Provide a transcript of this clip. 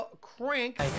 crank